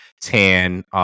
tan